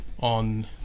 on